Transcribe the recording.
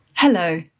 Hello